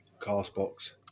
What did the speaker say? Castbox